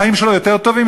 החיים שלו יותר טובים?